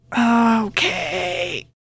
Okay